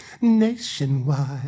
Nationwide